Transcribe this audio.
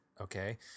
Okay